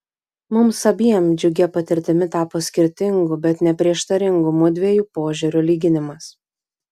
mums abiem džiugia patirtimi tapo skirtingų bet ne prieštaringų mudviejų požiūrių lyginimas